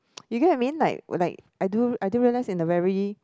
you get what I mean like like I do I do realise in a very